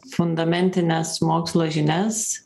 fundamentines mokslo žinias